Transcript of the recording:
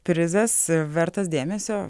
prizas vertas dėmesio